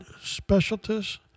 specialists